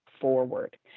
forward